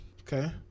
Okay